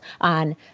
on